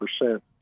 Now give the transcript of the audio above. percent